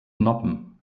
noppen